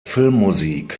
filmmusik